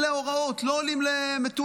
אלה ההוראות, לא עולים למטולה.